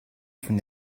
von